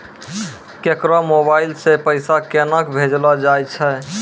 केकरो मोबाइल सऽ पैसा केनक भेजलो जाय छै?